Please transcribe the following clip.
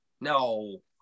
No